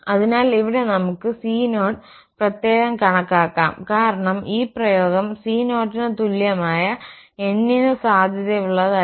അതിനാൽ ഇവിടെ നമുക്ക് c0 പ്രത്യേകം കണക്കാക്കാം കാരണം ഈ പ്രയോഗം 0 ന് തുല്യമായ n ന് സാധുതയുള്ളതല്ല